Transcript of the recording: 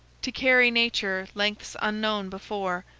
to carry nature lengths unknown before,